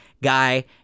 guy